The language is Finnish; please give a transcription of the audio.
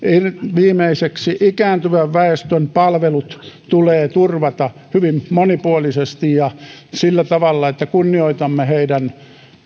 viimeiseksi ikääntyvän väestön palvelut tulee turvata hyvin monipuolisesti ja sillä tavalla että kunnioitamme heidän